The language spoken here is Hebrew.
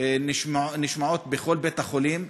נשמעות בכל בית-החולים.